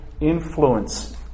influence